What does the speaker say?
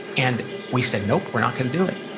and we said, nope, we're not gonna do it.